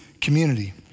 community